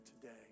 today